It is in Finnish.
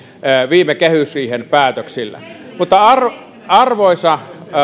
viime kehysriihen päätöksillä arvoisa